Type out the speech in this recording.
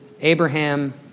Abraham